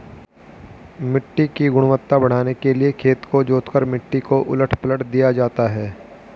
मिट्टी की गुणवत्ता बढ़ाने के लिए खेत को जोतकर मिट्टी को उलट पलट दिया जाता है